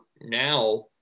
now